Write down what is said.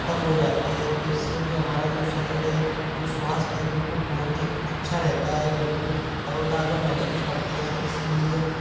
ख़त्म हो जाती है तो इससे भी हमारा जो शरीर है जो स्वास्थय है बिल्कुल बहुत ही अच्छा रहता है बिल्कुल तरोताज़ा महसूस करते हैं इसलिए